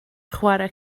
chwarae